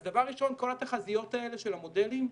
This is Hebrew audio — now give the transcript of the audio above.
אז דבר ראשון, כל התחזיות האלה של המודלים,